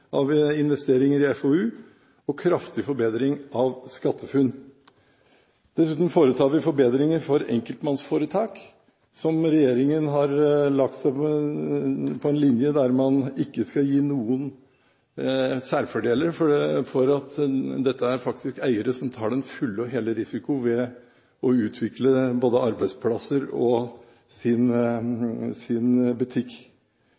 av investeringer i FoU og kraftig forbedring av SkatteFUNN. Dessuten foretar vi forbedringer for enkeltmannsforetak, der regjeringen har lagt seg på den linjen at man ikke skal gi noen særfordeler. Dette er faktisk eiere som tar den fulle og hele risiko ved å utvikle både arbeidsplasser og sin butikk.